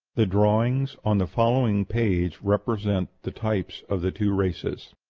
the drawings on the following page represent the types of the two races.